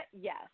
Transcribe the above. yes